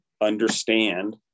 understand